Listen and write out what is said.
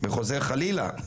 וחוזר חלילה.